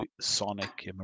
Sonic